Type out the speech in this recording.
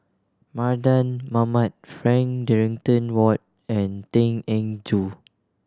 Mardan Mamat Frank Dorrington Ward and Tan Eng Joo